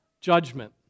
judgment